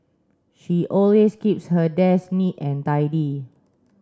she always keeps her desk neat and tidy